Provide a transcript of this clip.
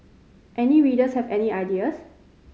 any readers have any ideas